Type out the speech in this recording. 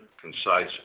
concise